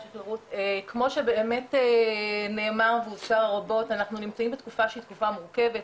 כמו שבאמת נאמר והוזכר רבות אנחנו נמצאים בתקופה שהיא תקופה מורכבת,